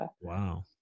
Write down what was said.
Wow